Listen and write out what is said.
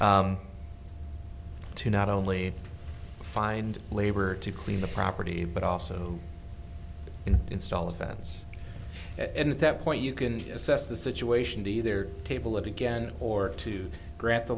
to not only find labor to clean the property but also install a fence and at that point you can assess the situation to either table it again or to grant the